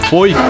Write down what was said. foi